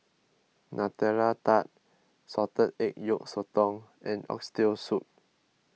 Nutella Tart Salted Egg Yolk Sotong and Oxtail Soup